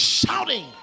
Shouting